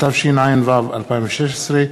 התשע"ו 2016,